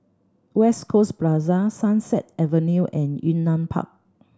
West Coast Plaza Sunset Avenue and Yunnan Park